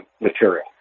material